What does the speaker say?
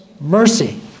Mercy